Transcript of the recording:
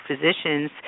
physicians